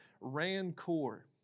Rancor